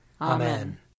Amen